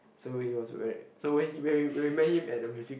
so he was very so when he when we when we met him at the music